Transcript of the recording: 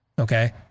Okay